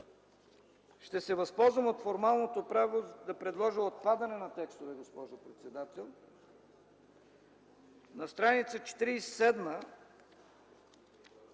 ще се възползвам от формалното право да предложа отпадане на текстове, госпожо председател. На страница 47,